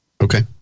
Okay